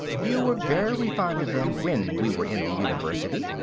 you were very fond of them when we were in the university!